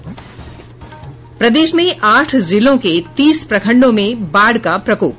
और प्रदेश में आठ जिलों के तीस प्रखंडों में बाढ़ का प्रकोप